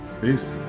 Peace